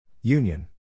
Union